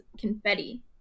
confetti